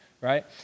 right